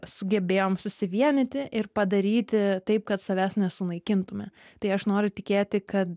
sugebėjom susivienyti ir padaryti taip kad savęs nesunaikintume tai aš noriu tikėti kad